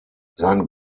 sein